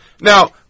Now